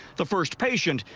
the first patient,